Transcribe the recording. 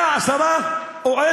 היה עשר פרוטות.